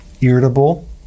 irritable